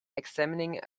examining